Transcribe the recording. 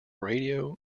radio